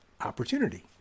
opportunity